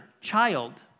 child